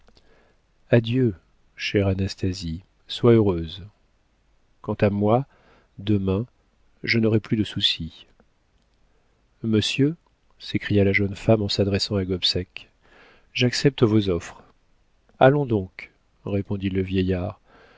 adieu chère anastasie sois heureuse quant à moi demain je n'aurai plus de soucis monsieur s'écria la jeune femme en s'adressant à gobseck j'accepte vos offres allons donc répondit le vieillard